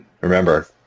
Remember